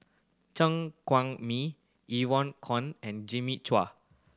Chen Mee Evon and Jimmy Chua